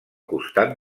costat